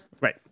Right